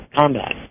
combat